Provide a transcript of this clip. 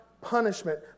punishment